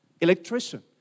electrician